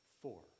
Four